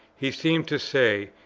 he seemed to say,